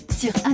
sur